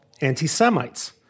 anti-Semites